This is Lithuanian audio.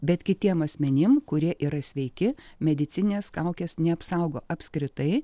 bet kitiem asmenim kurie yra sveiki medicininės kaukės neapsaugo apskritai